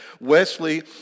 Wesley